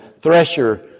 thresher